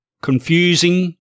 confusing